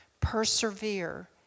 persevere